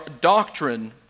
doctrine